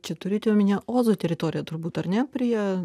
čia turite omenyje ozų teritoriją turbūt ar ne prie